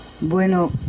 Bueno